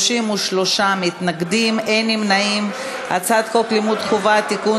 את הצעת חוק לימוד חובה (תיקון,